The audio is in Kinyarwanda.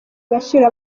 gaciro